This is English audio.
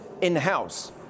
in-house